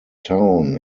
town